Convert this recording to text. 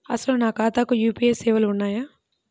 అసలు నా ఖాతాకు యూ.పీ.ఐ సేవలు ఉన్నాయా?